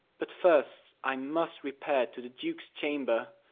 but first i must repair to the duke's chamber,